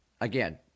Again